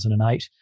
2008